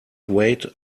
wait